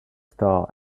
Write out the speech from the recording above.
star